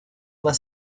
más